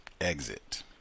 exit